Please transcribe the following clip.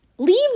leave